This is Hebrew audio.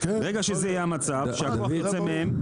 ברגע שזה יהיה המצב שהכוח ייצא מהם,